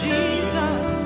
Jesus